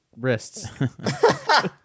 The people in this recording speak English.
wrists